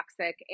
toxic